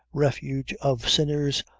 refuge of sinners,